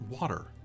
water